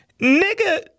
nigga